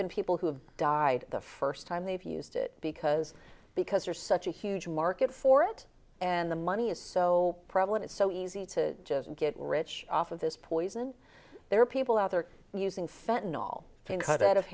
are people who have died the first time they've used it because because there's such a huge market for it and the money is so prevalent it's so easy to get rich off of this poison there are people out there using fenton all cut out of